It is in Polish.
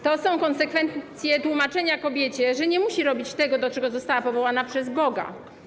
To są konsekwencje tłumaczenia kobiecie, że nie musi robić tego, do czego została powołana przez Boga.